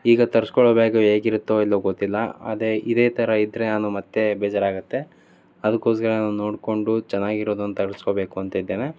ಈಗ ತರ್ಸ್ಕೊಳ್ಳೊ ಬ್ಯಾಗು ಹೇಗಿರತ್ತೋ ಇಲ್ಲವೋ ಗೊತ್ತಿಲ್ಲ ಅದೇ ಇದೇ ಥರ ಇದ್ದರೆ ನಾನು ಮತ್ತೆ ಬೇಜಾರಾಗುತ್ತೆ ಅದಕ್ಕೋಸ್ಕರ ನಾನು ನೋಡಿಕೊಂಡು ಚೆನ್ನಾಗಿರೋದನ್ನು ತರಿಸ್ಕೊಬೇಕು ಅಂತ ಇದ್ದೇನೆ